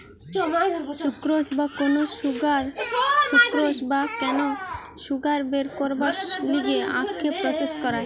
sucrose বা cane sugar বের করবার লিগে আখকে প্রসেস করায়